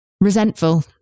resentful